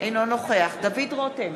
אינו נוכח דוד רותם,